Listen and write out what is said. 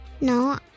No